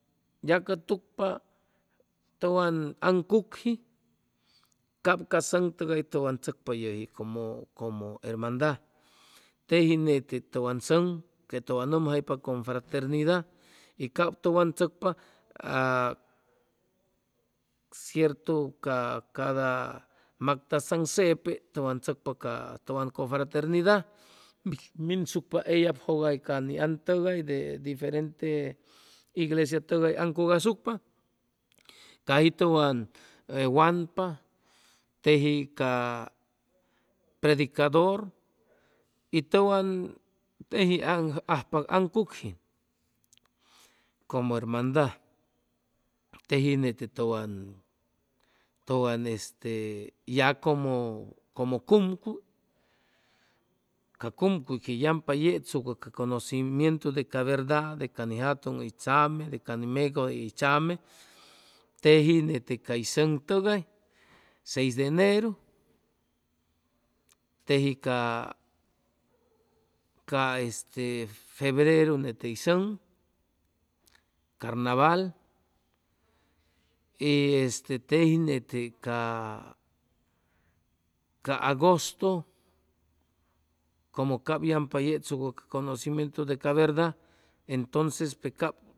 Yacʉtucpa tʉwan tʉn aŋcugji cap ca sʉŋ tʉgay tʉwan tzʉcpa yʉji como como hermandad teji nete tʉwan sʉŋ que tʉwan nʉmjaypa confraternidad y cap tʉwan tzʉcpa a ciertʉ cada mactazaŋ sepe tʉwan tzʉcpa ca tʉwan confraternida minsucpa eyabjʉgayca ni aŋ tʉgay de diferente iglesia tʉgay aŋcugasucpa caji tʉwan wanpa teji ca predicador y tʉwan tejiajpa ancugji como hermandad teji nete tʉwan tʉwan ya como como cumcuy ca cumcuy que yampa yechsucʉ conocimientu de ca verda de ca ni jatʉŋ hʉy tzame de ca ni megʉye hʉy tzame teji nete cay sʉŋ tʉgay seis de eneru teji ca ca este febreru nete hʉy sʉŋ carnabal y este teji nete ca agosto como cap yampa yechsucʉ ca conocimientu de ca verdad entonces pe cap